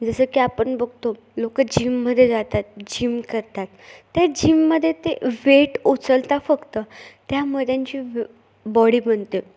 जसं की आपण बघतो लोक जिममध्ये जातात जिम करतात त्या जिममध्ये ते वेट उचलता फक्त त्यामुळे त्यांची ब बॉडी बनते